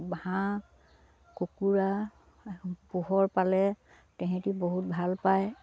হাঁহ কুকুৰা পোহৰ পালে তেহেঁতি বহুত ভাল পায়